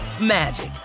magic